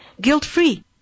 guilt-free